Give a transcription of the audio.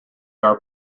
are